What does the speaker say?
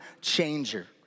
changer